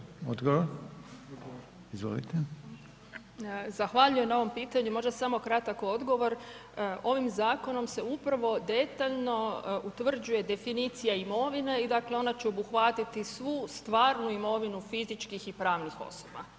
Zahvaljujem na ovom pitanju, možda samo kratak odgovor ovim zakonom se upravo detaljno utvrđuje definicija imovine i dakle ona će obuhvatiti svu stvarnu imovinu fizičkih i pravnih osoba.